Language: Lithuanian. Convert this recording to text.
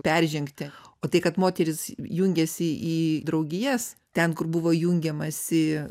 peržengti o tai kad moterys jungiasi į draugijas ten kur buvo jungiamasi